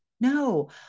No